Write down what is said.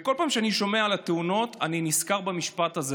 וכל פעם שאני שומע על תאונות אני נזכר במשפט הזה.